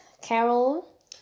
Carol